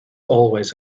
always